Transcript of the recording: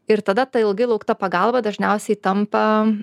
ir tada ta ilgai laukta pagalba dažniausiai tampa